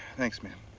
thanks, man.